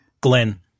Glenn